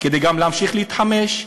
כדי גם להמשיך להתחמש.